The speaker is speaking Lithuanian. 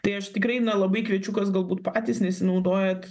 tai aš tikrai na labai kviečiu kas galbūt patys nesinaudojat